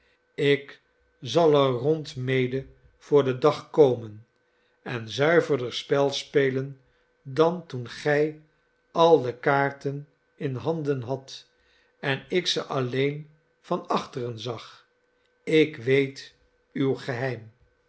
ik zal er rond mede voor den dag komen en zuiverder spel spelen dan toen gij al de kaarten in handen hadt en ik ze alleen van achteren zag ik weet uw geheim